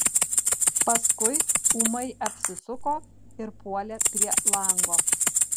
paskui ūmai apsisuko ir puolė prie lango